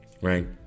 Right